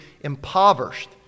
impoverished